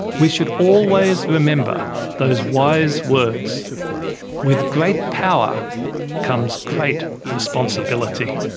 we should always remember those wise words with great power comes great responsibility.